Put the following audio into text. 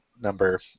number